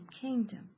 kingdom